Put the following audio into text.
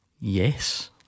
Yes